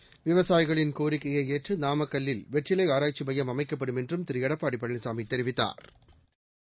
seconds விவசாயிகளின் கோரிக்கையை ஏற்று நாமக்கலில் வெற்றிலை ஆராய்ச்சி மையம் அமைக்கப்படும் என்றும் திரு எடப்பாடி பழனிசாமி தெரிவித்தாா்